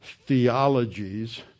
theologies